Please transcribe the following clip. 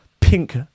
pink